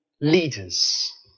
leaders